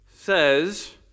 says